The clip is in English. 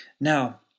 Now